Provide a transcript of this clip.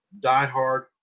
diehard